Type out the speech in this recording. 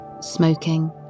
smoking